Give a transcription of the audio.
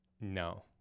no